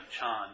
Chan